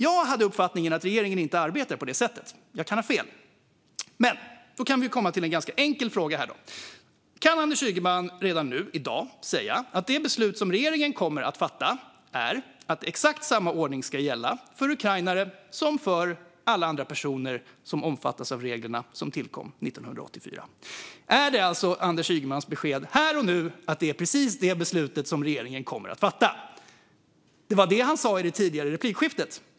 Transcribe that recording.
Jag hade uppfattningen att regeringen inte arbetar på det sättet, men jag kan ha fel. Då kan vi komma till en ganska enkel fråga: Kan Anders Ygeman redan nu i dag säga att det beslut som regeringen kommer att fatta är att exakt samma ordning ska gälla för ukrainare som för alla andra personer som omfattas av reglerna som tillkom 1984? Är det alltså Anders Ygemans besked här och nu att det är precis det beslutet som regeringen kommer att fatta? Det var det han sa i det tidigare replikskiftet.